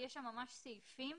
יש שם ממש סעיפים